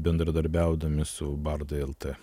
bendradarbiaudami su bardai lt